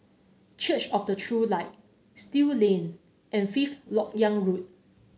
Church of the True Light Still Lane and Fifth LoK Yang Road